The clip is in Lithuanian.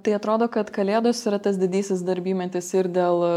tai atrodo kad kalėdos yra tas didysis darbymetis ir dėl